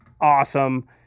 awesome